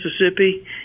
mississippi